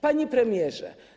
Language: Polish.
Panie Premierze!